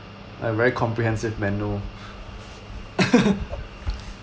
a very comprehensive menu